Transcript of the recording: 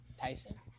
Tyson